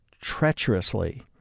treacherously